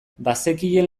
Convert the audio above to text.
bazekien